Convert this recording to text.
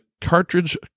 cartridge